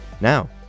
Now